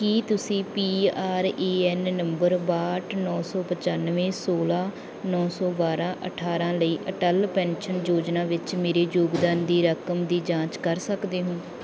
ਕੀ ਤੁਸੀਂ P R A N number ਬਾਹਠ ਨੌ ਸੌ ਪਚਾਨਵੇਂ ਸੌਲ੍ਹਾਂ ਨੌ ਸੌ ਬਾਰ੍ਹਾਂ ਅਠਾਰ੍ਹਾਂ ਲਈ ਅਟਲ ਪੈਨਸ਼ਨ ਯੋਜਨਾ ਵਿੱਚ ਮੇਰੇ ਯੋਗਦਾਨ ਦੀ ਰਕਮ ਦੀ ਜਾਂਚ ਕਰ ਸਕਦੇ ਹੋ